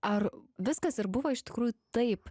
ar viskas ir buvo iš tikrųjų taip